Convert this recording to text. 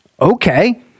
Okay